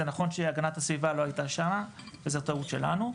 זה נכון שהגנת הסביבה לא הייתה שמה וזאת טעות שלנו,